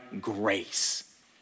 grace